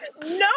No